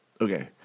okay